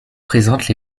présentent